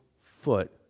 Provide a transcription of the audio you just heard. foot